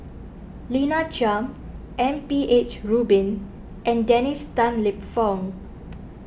Lina Chiam M P H Rubin and Dennis Tan Lip Fong